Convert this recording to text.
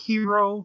Hero